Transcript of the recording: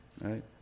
Right